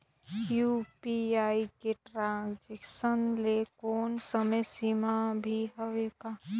UPI के transaction ले कोई समय सीमा भी हवे का?